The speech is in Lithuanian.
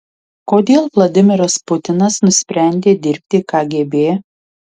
kodėl vladimiras putinas nusprendė dirbti kgb